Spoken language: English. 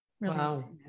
Wow